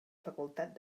facultat